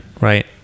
right